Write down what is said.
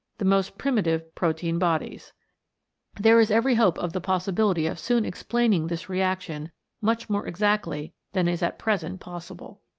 the most primitive protein-bodies. there is every hope of the possibility of soon explaining this reaction much more exactly than is at present possible.